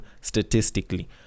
statistically